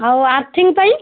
ଆଉ ଆର୍ଥିଙ୍ଗ ପାଇଁ